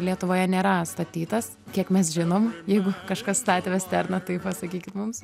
lietuvoje nėra atstatytas kiek mes žinom jeigu kažkas statė vesterną tai pasakykit mums